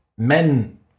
Men